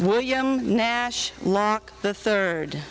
william nash locke the third